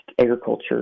agriculture